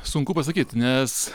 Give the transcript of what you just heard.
sunku pasakyt nes